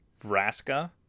Vraska